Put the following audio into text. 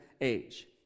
age